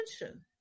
attention